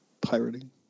pirating